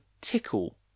tickle